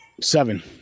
Seven